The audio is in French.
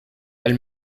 elle